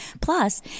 Plus